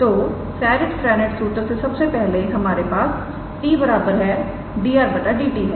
तोसेरिट Frenet सूत्र से सबसे पहले हमारे पास 𝑡̂ 𝑑𝑟⃗ 𝑑𝑡 है